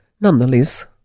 nonetheless